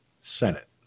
Senate